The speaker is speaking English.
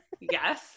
Yes